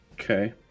Okay